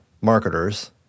marketers—